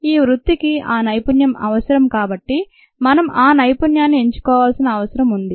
ఈ వృత్తికి ఆ నైపుణ్యం అవసరం కాబట్టి మనం ఆ నైపుణ్యాన్ని ఎంచుకోవాల్సిన అవసరం ఉంది